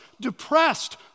depressed